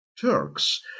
Turks